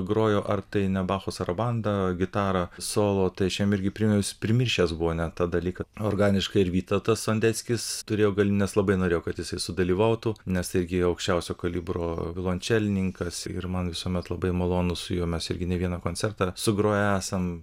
grojo ar tai ne bacho sarabandą gitarą solo tai aš jam irgi priminiau jis primiršęs buvo net tą dalyką organiškai ir vytautas sondeckis turėjo gali nes labai norėjau kad jisai sudalyvautų nes irgi aukščiausio kalibro violončelininkas ir man visuomet labai malonu su juo mes irgi ne vieną koncertą sugroję esam